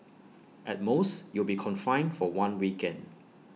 at most you'll be confined for one weekend